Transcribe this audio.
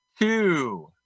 two